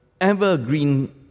ever-green